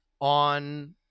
on